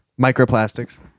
Microplastics